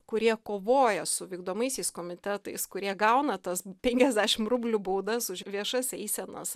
kurie kovoja su vykdomaisiais komitetais kurie gauna tas penkiasdešim rublių baudas už viešas eisenas